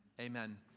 Amen